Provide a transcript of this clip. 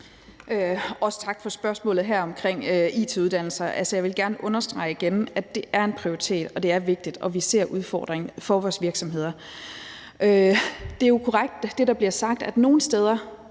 Også tak for spørgsmålet om it-uddannelser. Altså, jeg vil igen gerne understrege, at det er en prioritet og det er vigtigt. Vi ser udfordringer for vores virksomheder. Det er jo korrekt, hvad der bliver sagt. Nogle steder